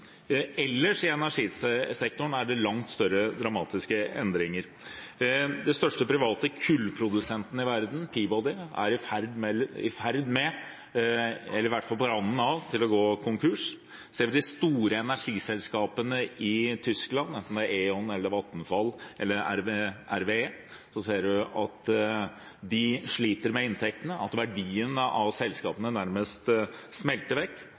Ellers i energisektoren er det langt mer dramatiske endringer. Den største private kullprodusenten i verden, Peabody, er i ferd med – eller i hvert fall på randen til – å gå konkurs. Ser man på de store energiselskapene i Tyskland, enten det er E.ON, Vattenfall eller RWE, ser man at de sliter med inntektene, og at verdien av selskapene nærmest smelter vekk.